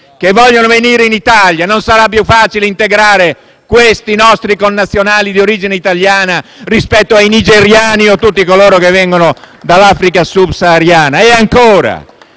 che vogliono venire in Italia? Non sarà più facile integrare questi nostri connazionali di origine italiana rispetto ai nigeriani o a tutti coloro che vengono dall'Africa subsahariana? E ancora,